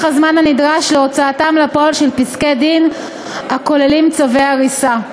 הזמן הנדרש להוצאתם לפועל של פסקי-דין הכוללים צווי הריסה.